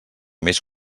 més